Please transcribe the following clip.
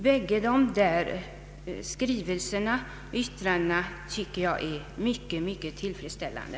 Båda dessa skrivningar finner jag mycket tillfredsställande.